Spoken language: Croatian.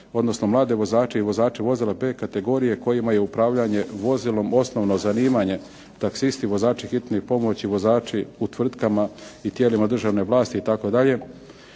odnosno mlade vozače i vozače vozila B kategorije kojima je upravljanje vozilom osnovno zanimanje, taksisti, vozači hitne pomoći, vozači u tvrtkama i tijelima državne vlasti itd.